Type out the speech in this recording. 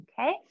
okay